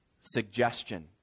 suggestion